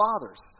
fathers